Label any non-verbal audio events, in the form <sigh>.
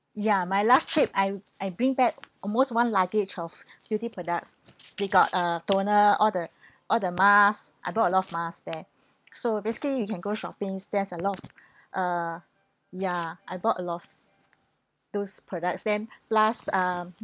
ya my last trip I I bring back almost one luggage of <breath> beauty products there got uh toner all the <breath> all the mask I bought a lot of mask there <breath> so basically you can go shopping there is a lot of <breath> uh ya I bought a lot those products then last um